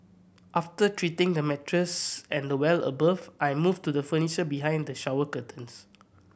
after treating the mattress and the well above I moved to the furniture behind the shower curtains